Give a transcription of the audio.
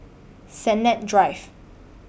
Sennett Drive